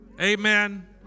amen